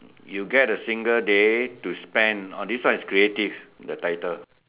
you get a single day to spend oh this one is creative the title